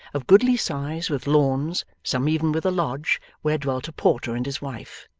of goodly size with lawns, some even with a lodge where dwelt a porter and his wife.